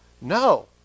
No